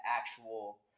actual